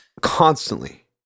constantly